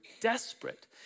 desperate